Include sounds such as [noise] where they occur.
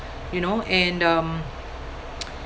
you know and um [noise]